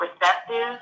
receptive